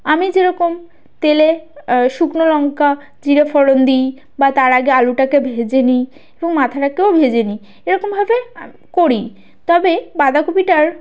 আমি যেরকম তেলে শুকনো লঙ্কা জিরে ফোড়ন দিই বা তার আগে আলুটাকে ভেজে নিই এবং মাথাটাকেও ভেজে নিই এরকমভাবে করি তবে বাঁধাকপিটার